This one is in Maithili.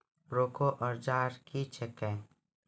बोरेक औजार क्या हैं?